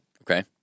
okay